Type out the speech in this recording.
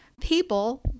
people